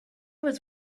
was